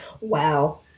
Wow